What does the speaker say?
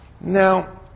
Now